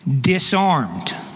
disarmed